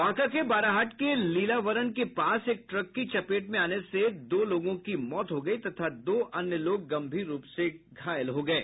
बांका के बराहाट के लीलावरण के पास एक ट्रक की चपेट में आने से दो लोगों की मौत हो गयी तथा दो अन्य लोग गम्भीर रूप से घायल हो गये